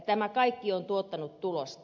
tämä kaikki on tuottanut tulosta